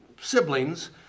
siblings